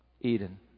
Eden